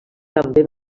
també